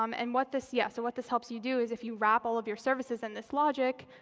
um and what this yeah, so what this helps you do is if you wrap all of your services in this logic,